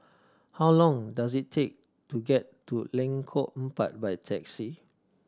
how long does it take to get to Lengkong Empat by taxi